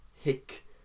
hick